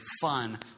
fun